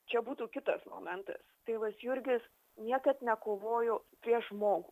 čia būtų kitas momentas tėvas jurgis niekad nekovojo prieš žmogų